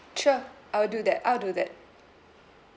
sure I will do that I'll do that